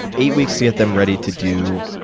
eight weeks to get them ready to do